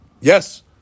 Yes